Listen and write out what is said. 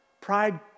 Pride